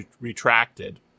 retracted